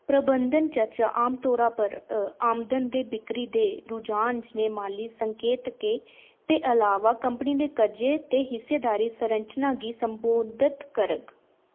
प्रबंधन चर्चा आमतौरा पर आमदन ते बिक्करी दे रुझान जनेह् माली संकेतकें दे अलावा कंपनी दे कर्जे ते हिस्सेदारी संरचना गी संबोधत करग